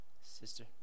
Sister